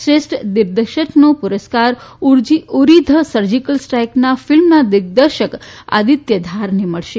શ્રેષ્ઠ દિગ્દર્શકનો પુરસ્કાર ઉરી ધ સર્જિકલ સ્ટ્રાઈક ફિલ્મના દિગ્દર્શક આદિત્ય ધારને મળશે